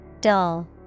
Dull